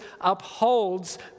upholds